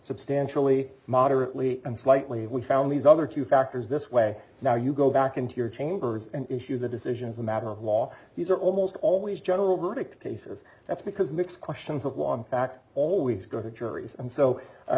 substantially moderately and slightly we found these other two factors this way now you go back into your chambers and issue the decision as a matter of law these are almost always general verdict cases that's because mix questions of law back always go to juries and so